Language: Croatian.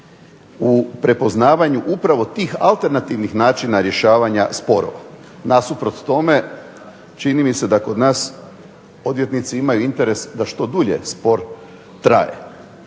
u prepoznavanju upravo tih alternativnih rješavanja sporova. Nasuprot tome, čini mi se da kod nas odvjetnici imaju interes da što dulje spor traje.